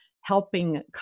helping